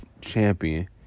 champion